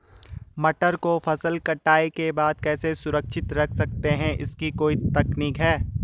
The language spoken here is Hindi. मटर को फसल कटाई के बाद कैसे सुरक्षित रख सकते हैं इसकी कोई तकनीक है?